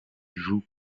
jouent